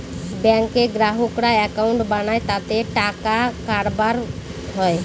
ব্যাঙ্কে গ্রাহকরা একাউন্ট বানায় তাতে টাকার কারবার হয়